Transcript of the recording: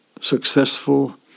successful